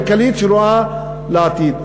מדינה מנהלים על-פי אסטרטגיה כלכלית שרואה לעתיד.